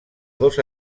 dos